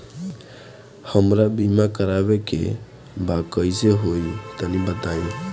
हमरा बीमा करावे के बा कइसे होई तनि बताईं?